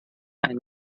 eine